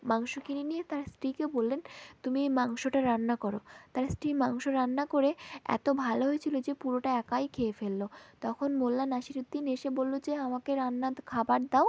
মাংস কিনে নিয়ে তার স্ত্রীকে বললেন তুমি এই মাংসটা রান্না করো তার স্ত্রী মাংস রান্না করে এত ভালো হয়েছিল যে পুরোটা একাই খেয়ে ফেলল তখন মোল্লা নাসিরুদ্দিন এসে বলল যে আমাকে রান্না খাবার দাও